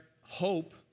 hope